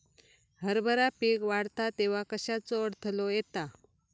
हरभरा पीक वाढता तेव्हा कश्याचो अडथलो येता?